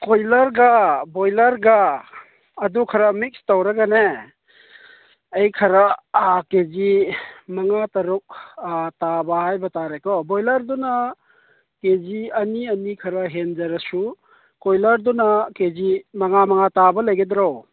ꯀꯣꯏꯂꯔꯒ ꯕꯣꯏꯂꯔꯒ ꯑꯗꯨ ꯈꯔ ꯃꯤꯛꯁ ꯇꯧꯔꯒꯅꯦ ꯑꯩ ꯈꯔ ꯑꯥ ꯀꯦ ꯖꯤ ꯃꯉꯥ ꯇꯔꯨꯛ ꯑꯥ ꯇꯥꯕ ꯍꯥꯏꯕ ꯇꯥꯔꯦꯀꯣ ꯕꯣꯏꯂꯔꯗꯨꯅ ꯀꯦ ꯖꯤ ꯑꯅꯤ ꯑꯅꯤ ꯈꯔ ꯍꯦꯟꯖꯔꯁꯨ ꯀꯣꯏꯂꯔꯗꯨꯅ ꯀꯦ ꯖꯤ ꯃꯉꯥ ꯃꯉꯥ ꯇꯥꯕ ꯂꯩꯒꯗ꯭ꯔꯣ